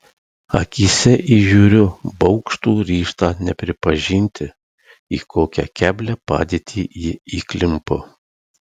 akyse įžiūriu baugštų ryžtą nepripažinti į kokią keblią padėtį ji įklimpo